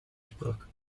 sprak